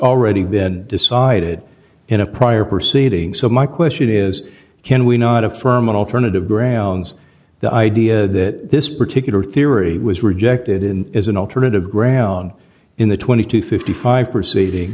already been decided in a prior proceeding so my question is can we not affirm an alternative grounds the idea that this particular theory was rejected in as an alternative ground in the twenty dollars to fifty five dollars proceeding